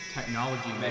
Technology